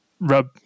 rub